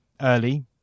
early